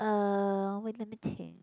uh wait let me think